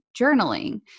journaling